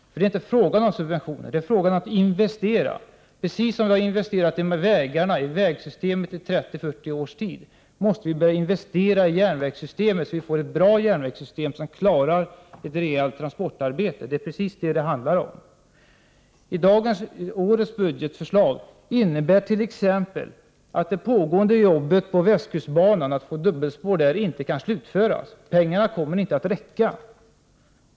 Det är inte fråga om subventioner utan om att investera, precis som man har investerat i vägsystemet under 30-40 års tid. Nu måste vi börja investera i järnvägssyste met för att vi skall få ett bra järnvägssystem som klarar ett rejält transportarbete. Det är vad det hela handlar om. Årets budgetförslag innebär t.ex. att det pågående arbetet med att bygga dubbelspår på västkustbanan inte kan slutföras, eftersom pengarna inte kommer att räcka till.